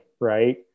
Right